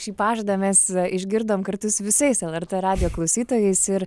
šį pažadą mes išgirdom kartu su visais lrt radijo klausytojais ir